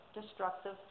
destructive